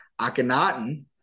Akhenaten